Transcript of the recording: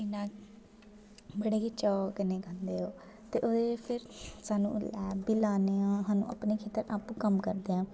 इ'यां बड़े गै चाव कन्नै खंदे ओह् ते ओह्दे फिर सानूं लैब बी लान्ने आं सानूं अपने खेत्तर आपूं कम्म करदे आं